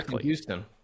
Houston